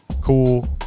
cool